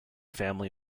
family